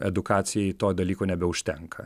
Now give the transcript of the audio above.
edukacijai to dalyko nebeužtenka